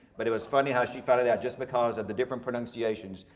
but it was funny how she found that just because of the different pronunciations,